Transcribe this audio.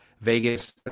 Vegas